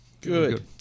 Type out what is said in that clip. Good